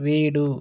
வீடு